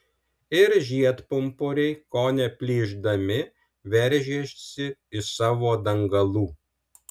ir žiedpumpuriai kone plyšdami veržėsi iš savo dangalų